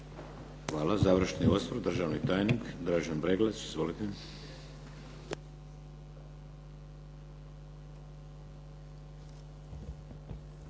Hvala završni osvrt, državni tajnik Dražen Breglec. Izvolite.